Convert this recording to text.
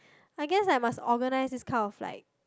I guess I must organise this kind of like